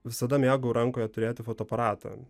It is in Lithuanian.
visada mėgau rankoje turėti fotoaparatą